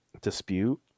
dispute